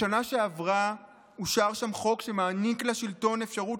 בשנה שעברה אושר שם חוק שמעניק לשלטון אפשרות